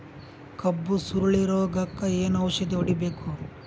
ಕಬ್ಬು ಸುರಳೀರೋಗಕ ಏನು ಔಷಧಿ ಹೋಡಿಬೇಕು?